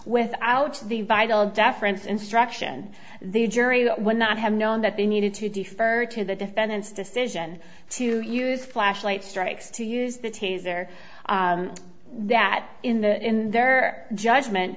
without the vital deference instruction the jury would not have known that they needed to defer to the defendant's decision to use flashlights strikes to use the taser that in the in their judgment